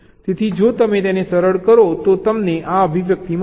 તેથી જો તમે તેને સરળ કરો તો તમને આ અભિવ્યક્તિ મળશે